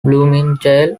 bloomingdale